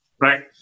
right